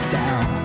down